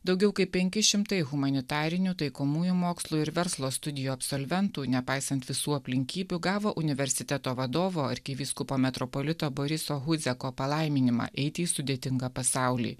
daugiau kaip penki šimtai humanitarinių taikomųjų mokslų ir verslo studijų absolventų nepaisant visų aplinkybių gavo universiteto vadovo arkivyskupo metropolito boriso huzeko palaiminimą eiti į sudėtingą pasaulį